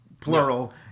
plural